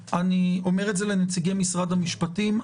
אני אומר את זה לנציגי משרד המשפטים.